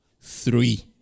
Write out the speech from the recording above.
three